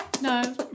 No